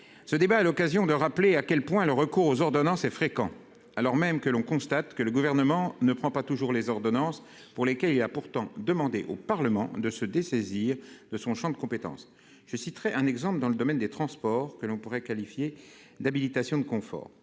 ce débat à l'occasion de rappeler à quel point le recours aux ordonnances et fréquent, alors même que l'on constate que le gouvernement ne prend pas toujours les ordonnances, pour lesquels il y a pourtant demandé au Parlement de se dessaisir de son Champ de compétences, je citerai un exemple dans le domaine des transports que l'on pourrait qualifier d'habilitation de confort